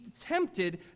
Tempted